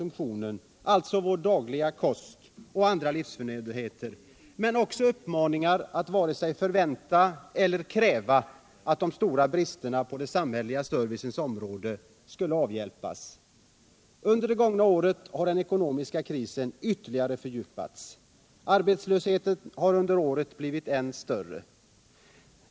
Det finns anledning att tillägga att även för landets små och medelstora företagare har regeringens uppslutning på monopolföretagens sida blivit en mycket dyr affär. Under det gångna året har den ekonomiska krisen ytterligare fördjupats. Arbetslösheten har under året blivit än större.